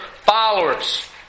followers